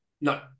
No